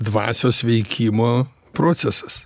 dvasios veikimo procesas